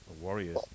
Warriors